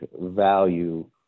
value